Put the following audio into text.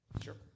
Sure